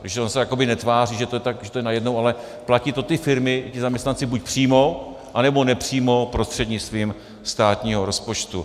Většinou se jakoby netváří, že to je najednou, ale platí to ty firmy či zaměstnanci buď přímo, anebo nepřímo prostřednictvím státního rozpočtu.